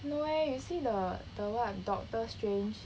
no leh you see the the what doctor strange